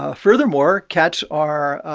ah furthermore, cats are